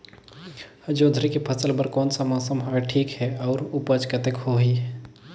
जोंदरी के फसल बर कोन सा मौसम हवे ठीक हे अउर ऊपज कतेक होही?